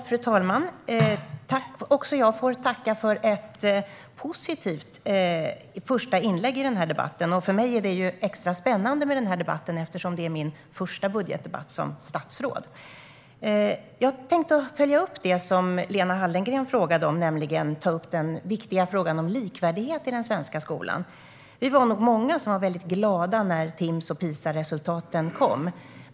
Fru talman! Också jag tackar för ett positivt första inlägg i debatten. För mig är det ju extra spännande med den här debatten, eftersom det är min första budgetdebatt som statsråd. Jag tänkte följa upp det som Lena Hallengren frågade om, nämligen den viktiga frågan om likvärdighet i den svenska skolan. Vi var nog många som blev väldigt glada när Timss och PISA-resultaten kom.